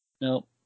no